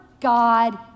God